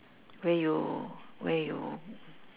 where you where you